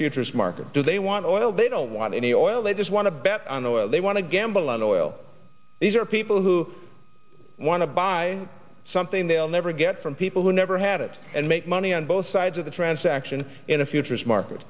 futures market do they want oil they don't want any oil they just want to bet on oil they want to gamble on oil these are people who want to buy something they'll never get from people who never had it and make money on both sides of the transaction in the futures marke